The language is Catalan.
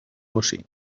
bocí